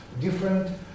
different